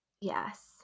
Yes